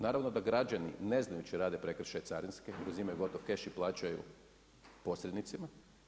Naravno da građani ne znajući rade prekršaj carinski, uzimaju gotov cash i plaćaju posrednicima.